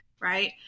right